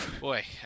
Boy